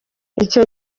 icyo